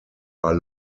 are